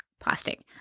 plastic